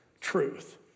truth